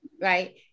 right